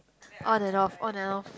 on and off on and off